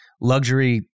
luxury